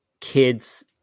kids